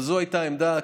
אבל זו הייתה העמדה.